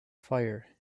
fire